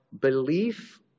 belief